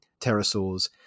pterosaurs